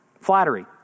flattery